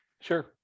Sure